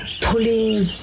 pulling